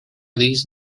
these